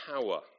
power